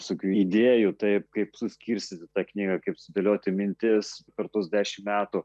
visokių idėjų taip kaip suskirstyti tą knygą kaip sudėlioti mintis per tuos dešimt metų